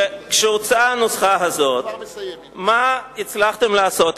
כשהוצעה הנוסחה הזאת, מה הצלחתם לעשות?